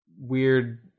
weird